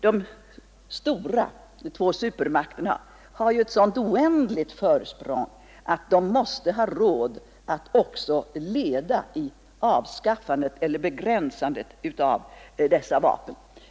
De två supermakterna har ju ett så oändligt försprång att de måste ha råd att också leda avskaffandet eller begränsandet av dessa vapen.